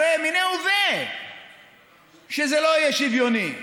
הרי מיניה וביה שזה לא יהיה שוויוני.